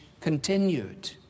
continued